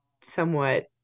somewhat